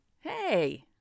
Hey